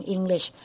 English